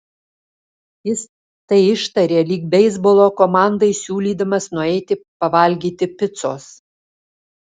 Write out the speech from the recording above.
jis tai ištarė lyg beisbolo komandai siūlydamas nueiti pavalgyti picos